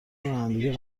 رانندگی